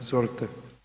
Izvolite.